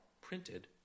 printed